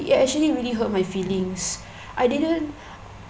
it actually really hurt my feelings I didn't